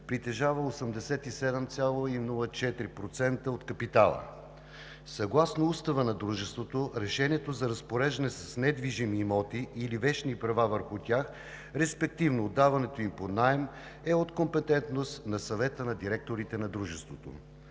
притежава 87,04% от капитала. Съгласно Устава на Дружеството решенето за разпореждане с недвижими имоти или вечни права върху тях, респективно отдаването им под наем, е от компетентност на Съвета на директорите на Дружеството.